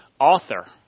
author